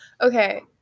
okay